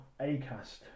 Acast